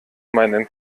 meinen